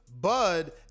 Bud